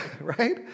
right